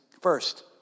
First